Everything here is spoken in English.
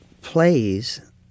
plays